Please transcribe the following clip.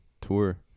tour